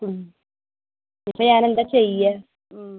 ആ ഇപ്പോൾ ഞാൻ എന്താ ചെയ്യുക